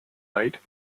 site